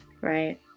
Right